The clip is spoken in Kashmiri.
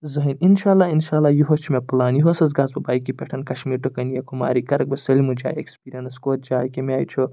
زٕہٲنۍ اِنشاء اللہ اِنشاء اللہ یِہوٗس چھُ مےٚ پٕلان یِہوٗس حظ گژھہٕ بہٕ بایکہِ پٮ۪ٹھ کَشمیٖر ٹُو کٔنیاکُماری کرَکھ بہٕ سارے جایہِ ایٚکٕسپیٖرینٕس کۄس جایہِ کَمہِ آیہِ چھُ